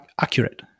accurate